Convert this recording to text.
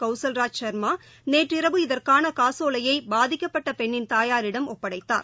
கௌசல் ராஜ் சர்மா நேற்றிரவு இதற்கான காசோலையை பாதிக்கப்பட்ட பெண்ணின் தாயாரிடம் ஒப்படைத்தார்